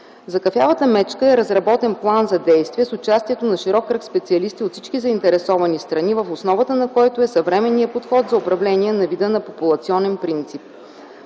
За кафявата мечка е разработен план за действие с участието на широк кръг специалисти от всички заинтересовани страни, в основата на който е съвременният подход за управление на вида на популационен принцип.